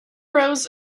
rows